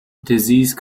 disease